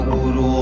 Guru